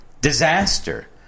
disaster